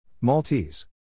Maltese